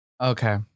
Okay